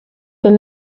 been